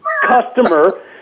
customer